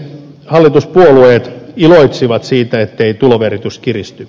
hallituspuolueet iloitsivat siitä ettei tuloverotus kiristy